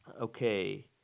okay